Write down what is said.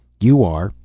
you are,